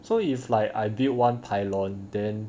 so if like if I build one pylon then